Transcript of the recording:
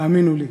תאמינו לי,